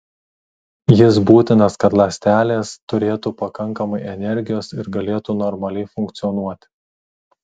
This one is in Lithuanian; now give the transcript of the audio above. jis būtinas kad ląstelės turėtų pakankamai energijos ir galėtų normaliai funkcionuoti